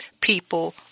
people